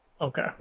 Okay